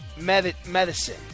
Medicine